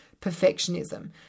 perfectionism